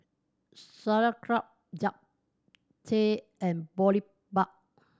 Sauerkraut Japchae and Boribap